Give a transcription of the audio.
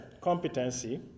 competency